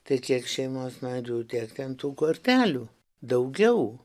tai kiek šeimos narių tiek ten tų kortelių daugiau